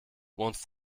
wohnst